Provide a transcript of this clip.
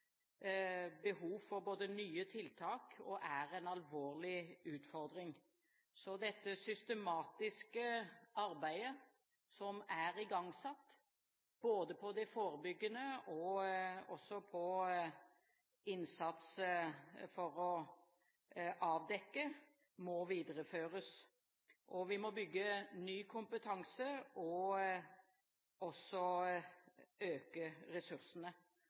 behov for nye tiltak, og er en alvorlig utfordring. Så det systematiske arbeidet som er igangsatt, både det forebyggende og innsatsen for å avdekke, må videreføres. Vi må bygge ny kompetanse og øke ressursene.